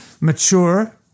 mature